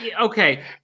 Okay